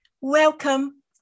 welcome